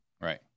Right